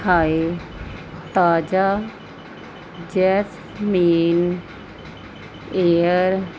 ਹਾਏ ਤਾਜ਼ਾ jasmine air